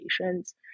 patients